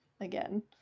again